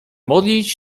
modlić